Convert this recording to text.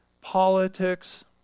Politics